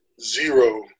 zero